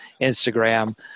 Instagram